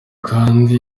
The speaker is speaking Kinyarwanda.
kandi